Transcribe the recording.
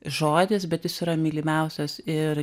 žodis bet jis yra mylimiausias ir